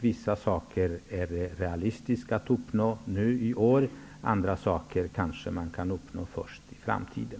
Vissa saker är det realistiskt att genomföra i år. Annat kanske kan förverkligas först någon gång i framtiden.